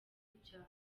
ibyabo